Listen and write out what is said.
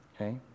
okay